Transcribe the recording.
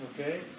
Okay